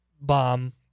Bomb